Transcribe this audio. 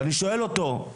ואני שואל אותו,